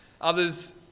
Others